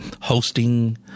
hosting